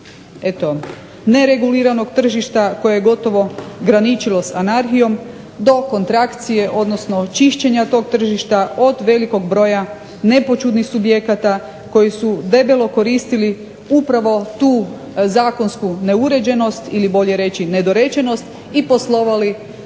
nereguliranog tržišta koje je gotovo graničilo s anarhijom do kontrakcije, odnosno čišćenja tog tržišta od velikog broja nepoćudnih subjekata koji su debelo koristili upravo tu zakonsku neuređenost ili bolje rečeno nedorečnost i poslovali